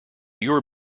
your